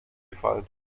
gefallen